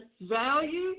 value